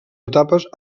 etapes